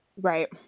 right